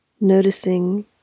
noticing